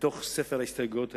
בתוך ספר ההסתייגויות הזה,